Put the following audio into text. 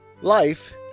Life